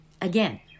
Again